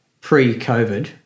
pre-COVID